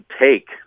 take